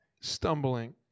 stumbling